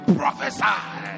prophesy